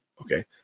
Okay